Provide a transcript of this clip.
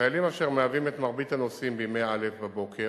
חיילים, שהם מרבית הנוסעים בימי א' בבוקר,